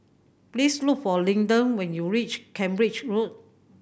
please look for Linden when you reach Cambridge Road